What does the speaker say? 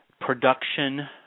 production